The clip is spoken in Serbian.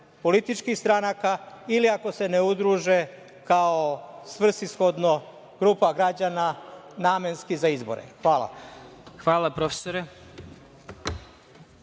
političkih stranaka ili ako se ne udruže kao svrsishodno grupa građana namenski za izbore. Hvala. **Vladimir